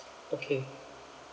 okay